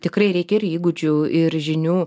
tikrai reikia ir įgūdžių ir žinių